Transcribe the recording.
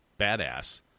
badass